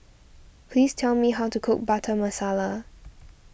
please tell me how to cook Butter Masala